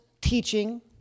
teaching